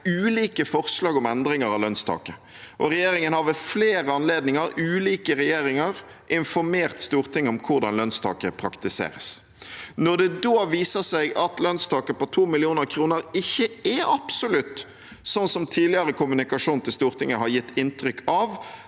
ulike forslag om endringer av lønnstaket. Ulike regjeringer har også ved flere anledninger informert Stortinget om hvordan lønnstaket praktiseres. Når det da viser seg at lønnstaket på 2 mill. kr ikke er absolutt, slik tidligere kommunikasjon til Stortinget har gitt inntrykk av,